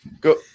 go